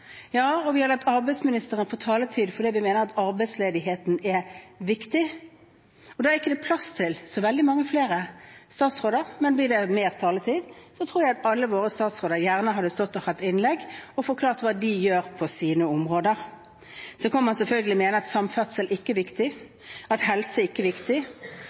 og vi har latt arbeidsministeren få taletid fordi vi mener at arbeidsledigheten er viktig. Da er det ikke plass til så veldig mange flere statsråder. Men vil man ha mer taletid, tror jeg at alle våre statsråder gjerne hadde stått og holdt innlegg og forklart hva de gjør på sine områder. Så kan man selvfølgelig mene at samferdsel ikke er viktig, at helse ikke er viktig,